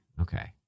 Okay